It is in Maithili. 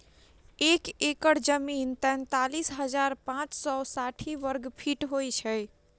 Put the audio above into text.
एक एकड़ जमीन तैँतालिस हजार पाँच सौ साठि वर्गफीट होइ छै